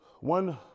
one